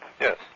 Yes